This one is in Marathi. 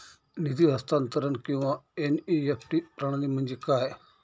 निधी हस्तांतरण किंवा एन.ई.एफ.टी प्रणाली म्हणजे काय?